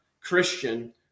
Christian